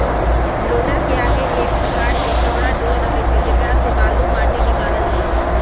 लोडरके आगे एक प्रकार के चौरा डोल रहै छइ जेकरा से बालू, माटि निकालल जाइ छइ